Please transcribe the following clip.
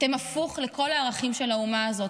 אתם הפוך לכל הערכים של האומה הזאת,